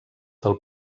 del